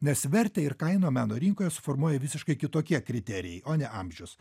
nes vertę ir kainą meno rinkoje suformuoja visiškai kitokie kriterijai o ne amžius